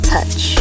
Touch